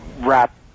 wrap